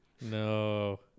No